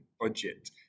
budget